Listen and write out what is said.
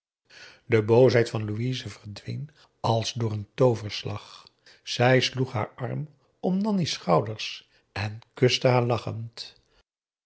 de boosheid van louise verdween als door een tooverslag zij sloeg haar arm om nanni's schouders en kuste haar lachend